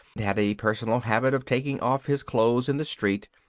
had a personal habit of taking off his clothes in the street,